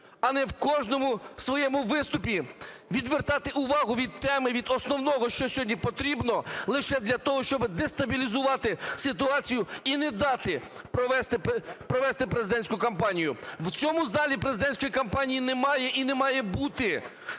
а не в кожному своєму виступі відвертати увагу від теми, від основного, що сьогодні потрібно, лише для того, щоби дестабілізувати ситуацію і не дати провести президентську кампанію. В цьому залі президентської кампанії немає і не має бути.